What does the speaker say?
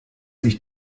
sich